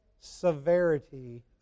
severity